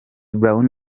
brown